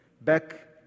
Back